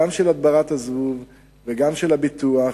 גם של הדברת הזבוב וגם של הביטוח,